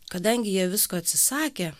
kadangi jie visko atsisakė